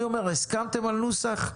אני אומר, הסכמתם על נוסח,